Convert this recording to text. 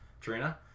Trina